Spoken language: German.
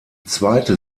zweite